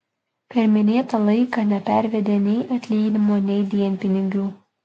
per minėtą laiką nepervedė nei atlyginimo nei dienpinigių